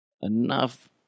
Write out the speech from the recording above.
enough